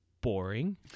boring